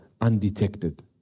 undetected